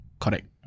correct